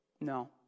No